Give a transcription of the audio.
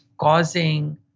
causing